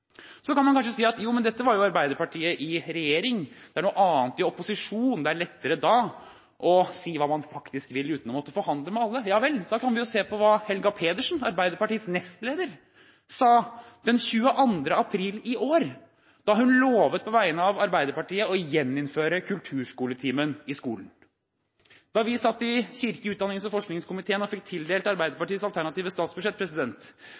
Så kan man kanskje si at jo, men dette var jo Arbeiderpartiet i regjering, det er noe annet i opposisjon, det er lettere da å si hva man faktisk vil, uten å måtte forhandle med alle. Ja vel. Da kan vi jo se på hva Helga Pedersen, Arbeiderpartiets nestleder, sa den 22. april i år, da hun på vegne av Arbeiderpartiet lovet å gjeninnføre kulturskoletimen i skolen. Da vi satt i kirke-, utdannings- og forskningskomiteen og fikk tildelt Arbeiderpartiets alternative statsbudsjett,